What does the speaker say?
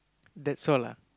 that's all ah